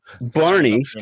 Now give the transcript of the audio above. Barney